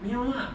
you know lah